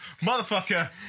Motherfucker